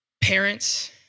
parents